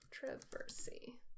Controversy